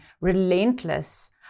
relentless